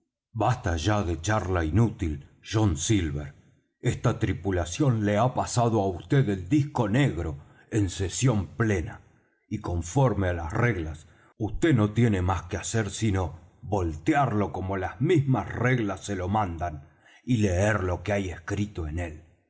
basta ya de charla inútil john silver esta tripulación le ha pasado á vd el disco negro en sesión plena y conforme á las reglas vd no tiene más que hacer sino voltearlo como las mismas reglas se lo mandan y leer lo que hay escrito en él